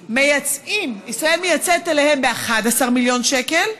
מייצאים, ישראל מייצאת אליהם ב-11 מיליון שקל.